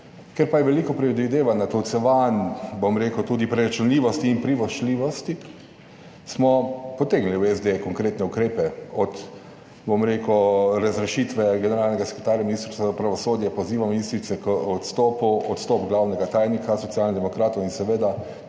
Ker pa je veliko predvidevanj, natolcevanj, bom rekel tudi preračunljivosti in privoščljivosti, smo potegnili v SD konkretne ukrepe od, bom rekel, razrešitve generalnega sekretarja Ministrstva za pravosodje, pozivom ministrico k odstopu, odstop glavnega tajnika Socialnih demokratov in seveda